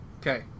Okay